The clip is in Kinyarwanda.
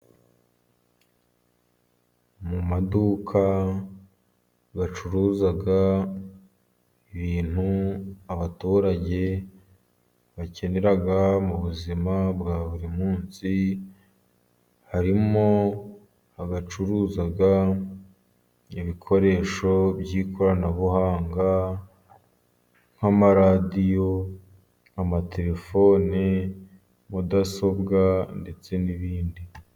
Mu maduka bacuruza ibintu abaturage bakenera mu buzima bwa buri munsi, harimo abacuruza ibikoresho by'ikoranabuhanga nk'amaradiyo, amatelefone, mudasobwa ndetse n'ibindi.